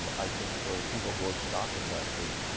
um i think for people who are stock investors,